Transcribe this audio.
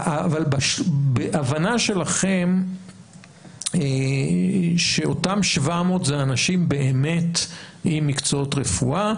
בהבנה שלכם שאותם 700 אלה אנשים באמת עם מקצועות רפואה,